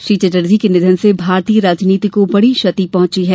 श्री चटर्जी के निघन से भारतीय राजनीति को बड़ी क्षति पहुंची है